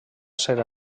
ser